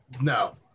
No